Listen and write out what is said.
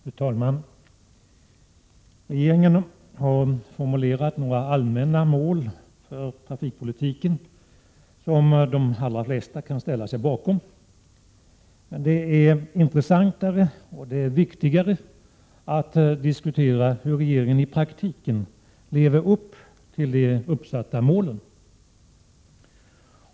Fru talman! Regeringen har formulerat några allmänna mål för trafikpolitiken som de flesta kan ställa sig bakom. Men det är intressantare och viktigare att diskutera hur regeringen i praktiken lever upp till de uppsatta målen.